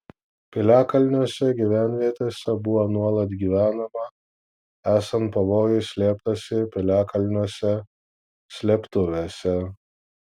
piliakalniuose gyvenvietėse buvo nuolat gyvenama esant pavojui slėptasi piliakalniuose slėptuvėse